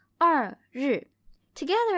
二日。Together